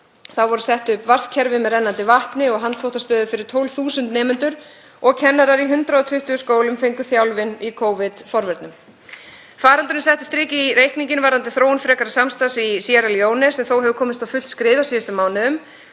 Þá voru sett upp vatnskerfi með rennandi vatni og handþvottastöðvum fyrir 12.000 nemendur og kennarar í 120 skólum fengu þjálfun í Covid-forvörnum. Faraldurinn setti strik í reikninginn varðandi þróun frekara samstarfs í Síerra Leóne, sem þó hefur komist á fullt skrið á síðustu mánuðum.